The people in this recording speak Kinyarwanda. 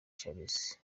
charles